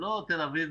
זה לא תל אביב,